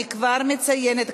אני כבר מציינת,